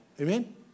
Amen